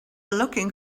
looking